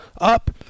up